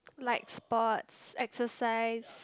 like sports exercise